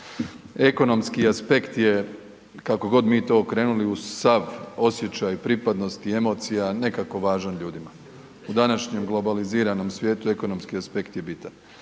Ekonomski aspekt je kako god mi to okrenuli uz sav osjećaj pripadnosti emocija nekako važan ljudima. U današnjem globaliziranom svijetu ekonomski aspekt je bitan,